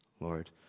Lord